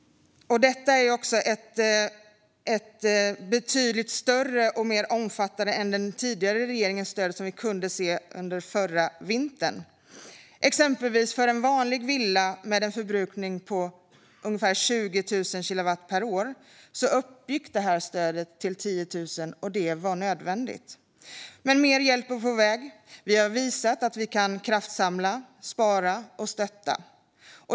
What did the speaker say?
Detta stöd är betydligt större och mer omfattande än den tidigare regeringens stöd under förra vintern. Exempelvis uppgick stödet för en vanlig villa med en förbrukning på ungefär 20 000 kilowattimmar per år till cirka 10 000 kronor, och det var nödvändigt. Men mer hjälp är på väg. Vi har visat att vi kan kraftsamla, spara och stötta.